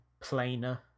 plainer